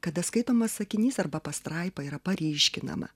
kada skaitomas sakinys arba pastraipa yra paryškinama